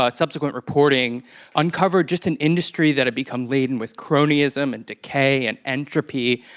ah subsequent reporting uncovered just an industry that had become laden with cronyism, and decay, and entropy,